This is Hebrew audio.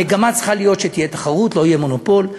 המגמה צריכה להיות שתהיה תחרות, לא יהיה מונופול.